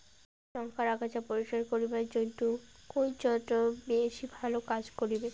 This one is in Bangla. লংকার আগাছা পরিস্কার করিবার জইন্যে কুন যন্ত্র বেশি ভালো কাজ করিবে?